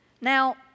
Now